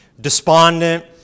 despondent